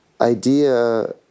idea